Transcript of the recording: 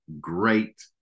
great